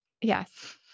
Yes